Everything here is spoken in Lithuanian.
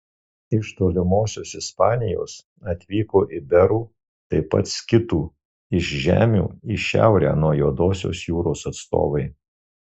iš tolimosios ispanijos atvyko iberų taip pat skitų iš žemių į šiaurę nuo juodosios jūros atstovai